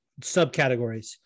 subcategories